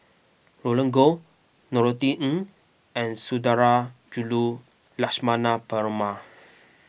Roland Goh Norothy Ng and Sundarajulu Lakshmana Perumal